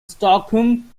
stockholm